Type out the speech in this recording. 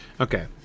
Okay